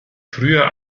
früher